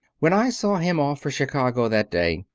when i saw him off for chicago that day,